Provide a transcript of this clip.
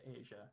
Asia